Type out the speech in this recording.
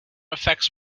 effects